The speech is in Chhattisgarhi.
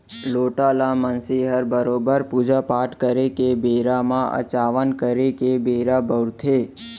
लोटा ल मनसे हर बरोबर पूजा पाट करे के बेरा म अचावन करे के बेरा बउरथे